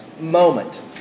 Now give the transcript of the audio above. moment